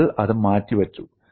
നിങ്ങൾ അത് മാറ്റിവച്ചു